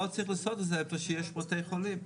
לא צריך לעשות את זה איפה שיש בתי חולים.